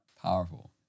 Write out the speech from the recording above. powerful